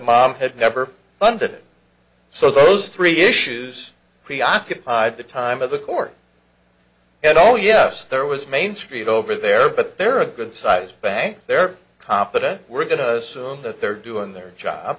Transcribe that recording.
mom had never done that so those three issues preoccupied the time of the court and all yes there was main street over there but they're a good size bank they're competent we're going to assume that they're doing their job